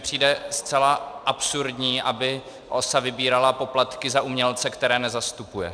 Přijde mi zcela absurdní, aby OSA vybírala poplatky za umělce, které nezastupuje.